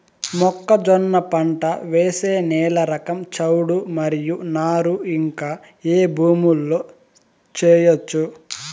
మొక్కజొన్న పంట వేసే నేల రకం చౌడు మరియు నారు ఇంకా ఏ భూముల్లో చేయొచ్చు?